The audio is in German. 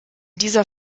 dieser